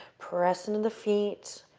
press into the feet,